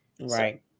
Right